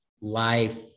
life